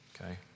Okay